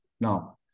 now